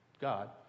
God